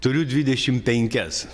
turiu dvidešimt penkias